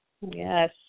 Yes